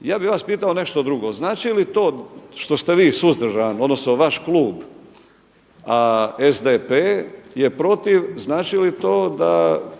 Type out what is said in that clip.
Ja bih vas pitao nešto drugo. Znači li to što ste vi suzdržani odnosno vaš klub, a SDP je protiv, znači li to da